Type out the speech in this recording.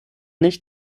nicht